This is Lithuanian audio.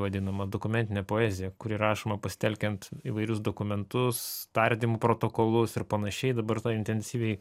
vadinama dokumentinė poezija kuri rašoma pasitelkiant įvairius dokumentus tardymų protokolus ir panašiai dabar tą intensyviai